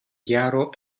chiaro